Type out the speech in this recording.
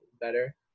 better